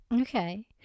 Okay